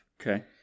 Okay